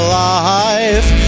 life